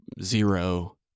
zero